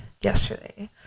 yesterday